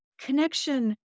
connection